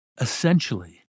Essentially